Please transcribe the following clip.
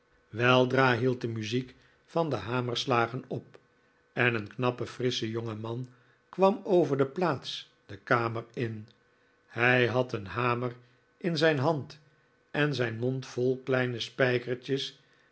weldra hield de muziek van de hamerslagen op en een knappe frissche jongeman kwam overde plaats de kamer in hij had een hamer in zijn hand en zijn mond vol kleine spijkertjes